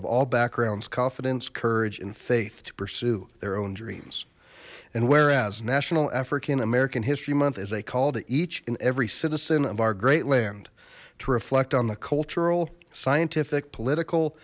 of all backgrounds confidence courage and faith to pursue their own dreams and whereas national african american history month is a call to each in every citizen of our great land to reflect on the cultural scientific political